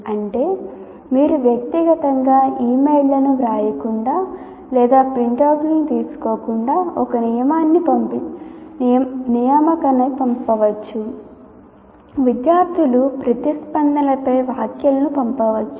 అంటే మీరు వ్యక్తిగతంగా ఇమెయిళ్ళను వ్రాయకుండా లేదా ప్రింటౌట్లను తీసుకోకుండా ఒక నియామకాన్ని పంపవచ్చు విద్యార్థుల ప్రతిస్పందనలపై వ్యాఖ్యలను పంపవచ్చు